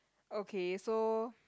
okay so